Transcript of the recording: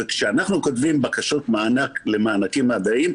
וכשאנחנו כותבים בקשות מענק למענק מדעיים,